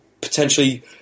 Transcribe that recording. potentially